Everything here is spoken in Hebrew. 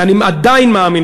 ואני עדיין מאמין,